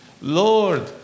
Lord